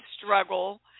struggle